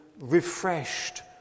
refreshed